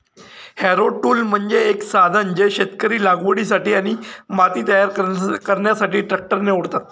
Harrow tool म्हणजे एक साधन जे शेतकरी लागवडीसाठी आणि माती तयार करण्यासाठी ट्रॅक्टरने ओढतात